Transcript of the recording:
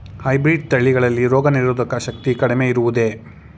Hybrid ತಳಿಗಳಲ್ಲಿ ರೋಗನಿರೋಧಕ ಶಕ್ತಿ ಕಡಿಮೆ ಇರುವುದೇ?